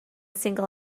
single